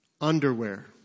Underwear